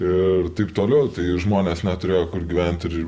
ir taip toliau tai žmonės neturėjo kur gyventi ir